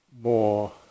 more